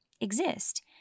exist